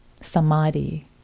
samadhi